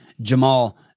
Jamal